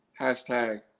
Hashtag